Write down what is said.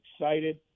excited